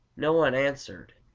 no one answered.